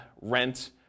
rent